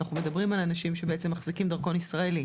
אנחנו מדברים על אנשים שמחזיקים דרכון ישראלי,